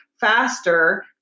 faster